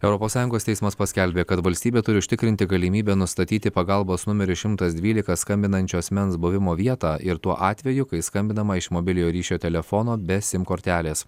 europos sąjungos teismas paskelbė kad valstybė turi užtikrinti galimybę nustatyti pagalbos numeriu šimtas dvylika skambinančio asmens buvimo vietą ir tuo atveju kai skambinama iš mobiliojo ryšio telefono be sim kortelės